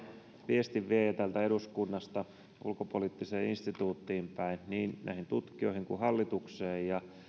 viestinviejä täältä eduskunnasta ulkopoliittiseen instituuttiin päin niin tutkijoille kuin hallitukselle ja